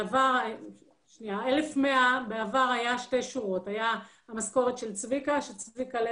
בעבר היו שתי שורות: הייתה המשכורת של צביקה לוי,